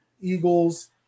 Eagles